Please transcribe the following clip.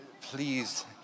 please